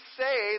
say